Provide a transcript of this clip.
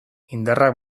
indarrak